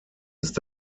ist